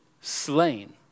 slain